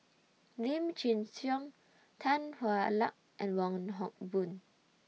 Lim Chin Siong Tan Hwa Luck and Wong Hock Boon